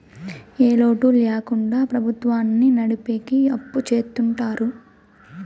ఏ లోటు ల్యాకుండా ప్రభుత్వాన్ని నడిపెకి అప్పు చెత్తుంటారు